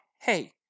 hey